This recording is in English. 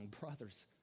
Brothers